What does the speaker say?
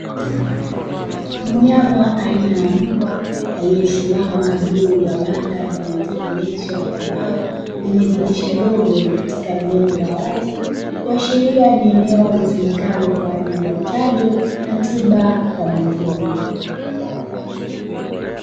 Mnyama aina ya mbwa aliyesimama juu ya banda lililotengenezwa kwa mbao lenye dirisha dogo katika eneo la wazi, kuashiria ni eneo litumikalo kwa chanjo na tiba kwa mifugo.